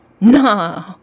Nah